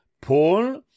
paul